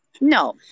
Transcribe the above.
No